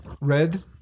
red